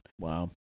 Wow